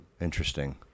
Interesting